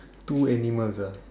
two animals ah